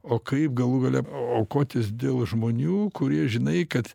o kaip galų gale aukotis dėl žmonių kurie žinai kad